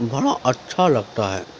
بڑا اچھا لگتا ہے